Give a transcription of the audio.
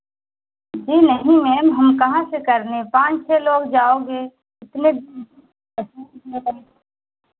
जी नहीं मैम हम कहाँ से कर लें पाँच छः लोग जाओगे इतने